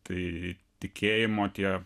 tai tikėjimo tie